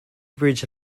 bridge